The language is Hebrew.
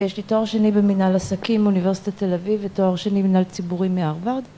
יש לי תואר שני במנהל עסקים מאוניברסיטת תל אביב ותואר שני במנהל ציבורי מהארוורד